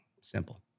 Simple